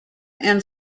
and